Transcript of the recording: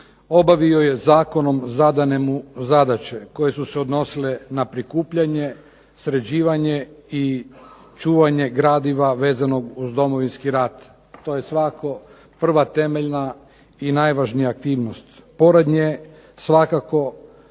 obavio je zakonom zadane mu zadaće koje su se odnosile na prikupljanje, sređivanje i čuvanje gradiva vezanog uz Domovinski rat. To je svakako prva temeljna i najvažnija aktivnost. Pored nje svakako